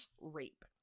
rape